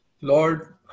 Lord